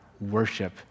worship